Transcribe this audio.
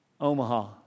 Omaha